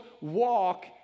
walk